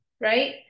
right